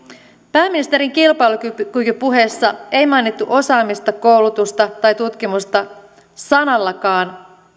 pääministerin kilpailukykypuheessa ei mainittu osaamista koulutusta tai tutkimusta sanallakaan